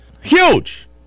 Huge